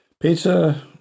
Peter